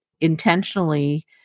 intentionally